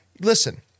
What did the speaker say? Listen